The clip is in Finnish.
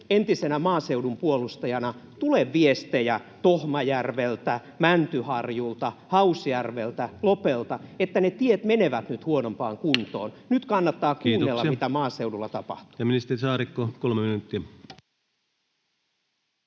entisenä maaseudun puolustajana tule viestejä Tohmajärveltä, Mäntyharjulta, Hausjärveltä, Lopelta, että ne tiet menevät nyt huonompaan kuntoon. Nyt kannattaa kuunnella, mitä maaseudulla tapahtuu.